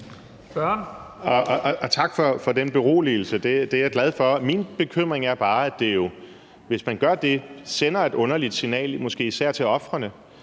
Tak for den beroligelse. Det er jeg glad for. Min bekymring er bare, at det jo, hvis man gør det, sender et underligt signal måske især til ofrene